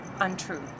untrue